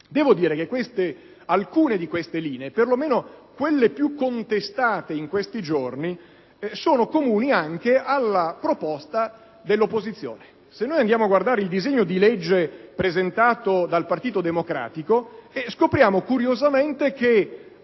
Devo dire che alcune di queste linee, perlomeno quelle più contestate negli ultimi giorni, sono comuni anche alla proposta dell'opposizione. Se andiamo ad esaminare il disegno di legge presentato dal Partito Democratico, scopriamo curiosamente che